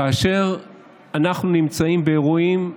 כאשר אנחנו נמצאים באירועים,